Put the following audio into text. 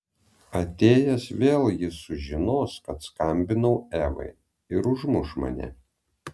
atėjęs vėl jis sužinos kad skambinau evai ir užmuš mane